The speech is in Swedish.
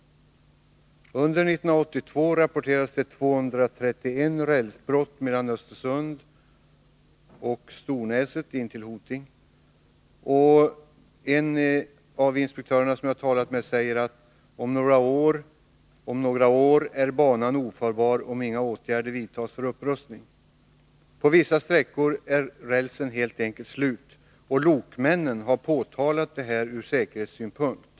Under 1982 rapporterades 231 rälsbrott på sträckan mellan Östersund och Stornäset in till Hoting. En av inspektörerna som jag har talat med säger att om några år är banan ofarbar om inga åtgärder vidtas för upprustning. På vissa sträckor är rälsen helt enkelt slut, och lokpersonalen har påtalat detta ur säkerhetssynpunkt.